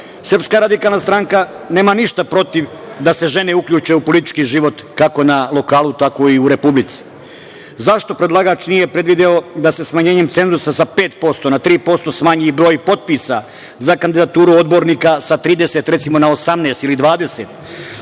radikalna stranka nema ništa protiv da se žene uključe u politički život kako na lokalu, tako i u Republici. Zašto predlagač nije predvideo da se smanjenjem cenzusa sa 5% na 3% smanji i broj potpisa za kandidaturu odbornika sa 30, recimo, na 18 ili